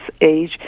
age